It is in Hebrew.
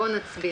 אפשר להצביע?